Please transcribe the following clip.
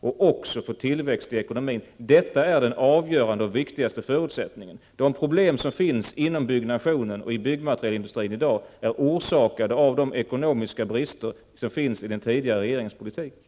I regeringens proposition 1991/92:65 framlägges inte något sådant förslag. Som skäl anges det nuvarande samhällsekonomiska läget. När under mandatperioden kommer reformen att genomföras?